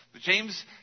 James